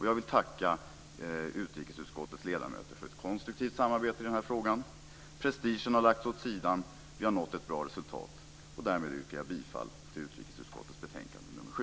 Jag vill tacka utrikesutskottets ledamöter för ett konstruktivt samarbete i frågan. Prestigen har lagts åt sidan, och vi har nått ett bra resultat. Därmed yrkar jag bifall till utrikesutskottets hemställan i betänkande nr 7.